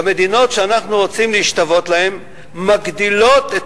והמדינות שאנחנו רוצים להשתוות להן מגדילות את